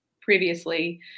previously